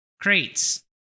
crates